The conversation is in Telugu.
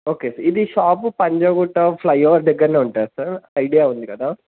ఓకే సార్ ఇది షాపు పంజాగూట్ట ఫ్లైఓవర్ దగ్గర్నే ఉంటుంది సార్ ఐడియా ఉంది కదా